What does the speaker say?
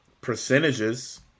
percentages